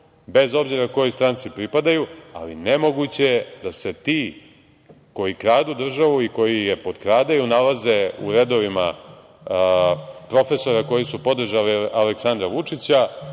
bez obzira kojoj stranci pripadaju, ali nemoguće je da se ti koji kradu državu i koji je potkradaju nalaze u redovima profesora koji su podržali Aleksandra Vučića,